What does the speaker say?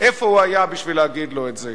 איפה הוא היה בשביל להגיד לו את זה.